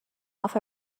off